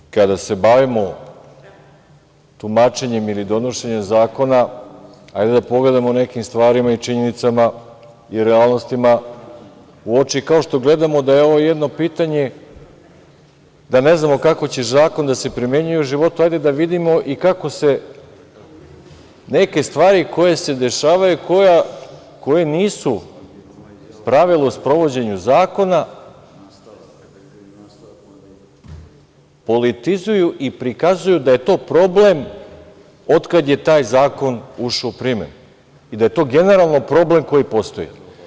Ali, kada se bavimo tumačenjem ili donošenjem zakona, hajde da pogledamo o nekim stvarima, činjenicama i realnostima u oči, kao što gledamo da je ovo jedno pitanje, da ne znamo kako će zakon da se primenjuje u životu, hajde da vidimo i kako se neke stvari koje se dešavaju, koje nisu pravilo u sprovođenju zakona politizuju i prikazuju da je to problem otkad je taj zakon ušao u primenu i da je to generalno problem koji postoji.